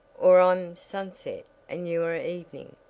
or i'm sunset and you are evening.